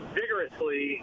vigorously